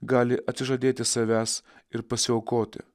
gali atsižadėti savęs ir pasiaukoti